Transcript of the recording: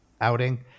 outing